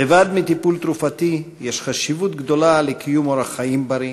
לבד מטיפול תרופתי יש חשיבות גדולה לקיום אורח חיים בריא,